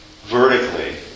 vertically